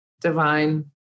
divine